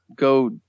Go